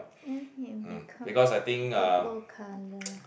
then pink and become purple colour